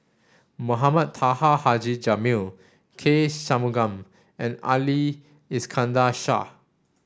Mohamed Taha Haji Jamil K Shanmugam and Ali Iskandar Shah